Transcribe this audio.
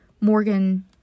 Morgan